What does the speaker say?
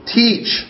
teach